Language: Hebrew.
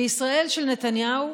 בישראל של נתניהו